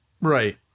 Right